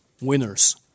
Winners